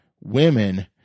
women